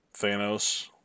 Thanos